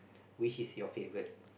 which is your favourite